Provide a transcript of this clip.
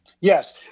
Yes